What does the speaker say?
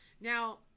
now